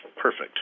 perfect